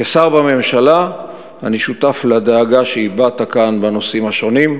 כשר בממשלה אני שותף לדאגה שהבעת כאן בנושאים השונים,